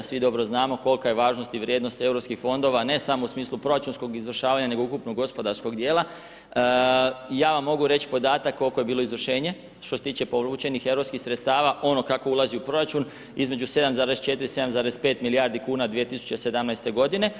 Svi dobro znamo kolika je važnost i vrijednost europskih fondova, ne samo u smislu proračunskog izvršavanja, nego ukupnog gospodarskog dijela, ja vam mogu reći podatak koliko je bilo izvršenje, što se tiče povučenih europskih sredstava, ono kako ulazi u proračun, između 7,4 – 7,5 milijardi kuna 2017. godine.